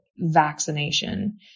vaccination